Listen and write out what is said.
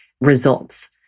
results